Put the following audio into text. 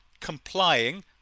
complying